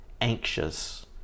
anxious